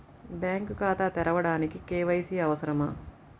Bank ఖాతా తెరవడానికి KYC అవసరమా?